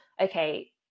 okay